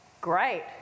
great